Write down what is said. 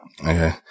Okay